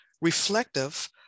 reflective